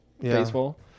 baseball